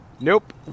Nope